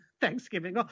Thanksgiving